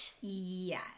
Yes